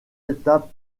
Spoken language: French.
étapes